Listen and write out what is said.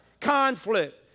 conflict